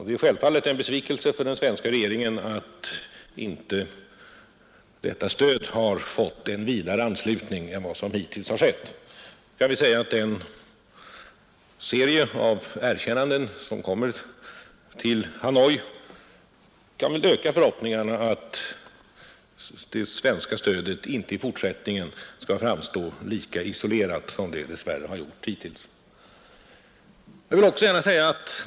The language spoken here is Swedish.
Det är självfallet en besvikelse för den svenska regeringen att detta stöd inte fått en vidare anslutning än vad som hittills varit fallet. Den serie av erkännanden som kommer till Hanoi kan väl öka förhoppningarna att det svenska stödet i fortsättningen inte skall framstå lika isolerat som det dess värre hittills gjort.